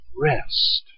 rest